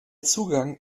zugang